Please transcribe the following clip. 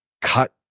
cut